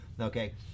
Okay